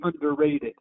underrated